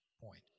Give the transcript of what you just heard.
point